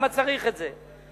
למה צריך את זה.